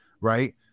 right